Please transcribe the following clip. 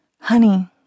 Honey